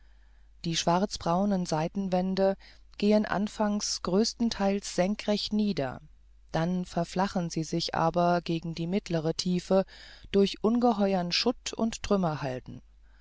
die schwarzbraunen seitenwände gehen anfangs größtenteils senkrecht nieder dann verflächen sie sich aber gegen die mittlere tiefe durch ungeheuern schutt und